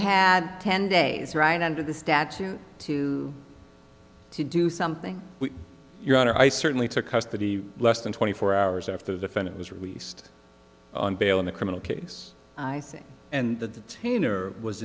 had ten days right under the statute to to do something your honor i certainly took custody less than twenty four hours after the defendant was released on bail in the criminal case i think and the tanner was